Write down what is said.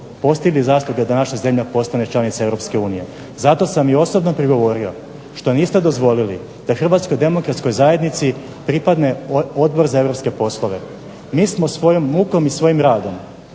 postigli zasluge da naša zemlja postane članica Europske unije. Zato sam i osobno prigovorio što niste dozvolili da HDZ-u pripadne Odbor za europske poslove, mi smo svojom mukom i svojim radom